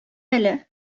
әле